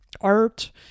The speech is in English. art